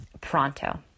pronto